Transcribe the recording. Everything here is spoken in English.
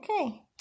Okay